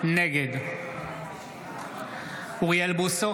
נגד אוריאל בוסו,